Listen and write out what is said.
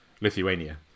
lithuania